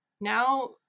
now